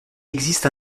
existe